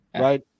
right